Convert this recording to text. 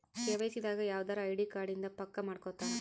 KYC ದಾಗ ಯವ್ದರ ID card ಇಂದ ಪಕ್ಕ ಮಾಡ್ಕೊತರ